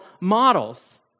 models